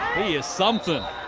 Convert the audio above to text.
he is something.